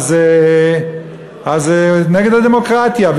אז זה נגד הדמוקרטיה.